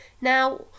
Now